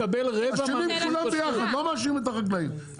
אשמים כולם ביחד, אני לא מאשים את החקלאים.